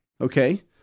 okay